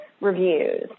reviews